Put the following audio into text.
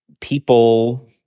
people